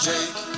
Jake